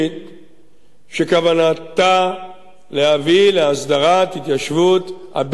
שכוונתה להביא להסדרת התיישבות הבדואים בנגב.